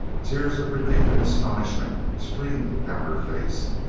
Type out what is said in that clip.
tears of relief and astonishment streamed down her face.